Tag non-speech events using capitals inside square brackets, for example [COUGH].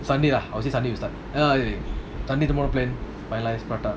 sunday lah I will say sunday we start [NOISE] sunday tomorrow plan finalise